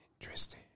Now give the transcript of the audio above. Interesting